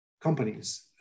companies